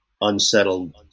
unsettled